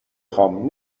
خوام